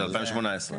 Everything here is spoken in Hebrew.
ב-2018.